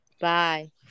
Bye